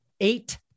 eight